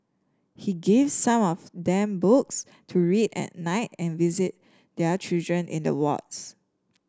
he gives some of them books to read at night and visit their children in the wards